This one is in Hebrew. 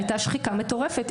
הייתה שחיקה מטורפת,